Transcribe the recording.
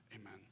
Amen